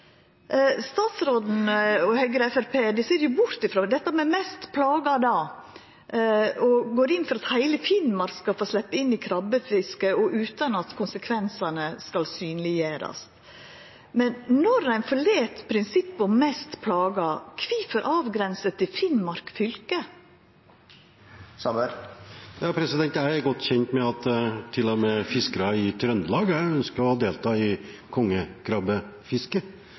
Statsråden, Høgre og Framstegspartiet ser bort frå dette med «mest plaga» og går inn for at heile Finnmark skal få sleppa inn i krabbefisket utan at konsekvensane skal synleggjerast. Når ein forlèt prinsippet om «mest plaga», kvifor avgrensa det til Finnmark fylke? Jeg er godt kjent med at til og med fiskere i Trøndelag ønsker å delta i kongekrabbefisket,